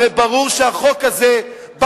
הרי ברור שהחוק הזה בא,